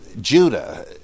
Judah